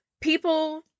people